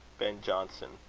ben jonson.